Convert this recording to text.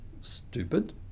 stupid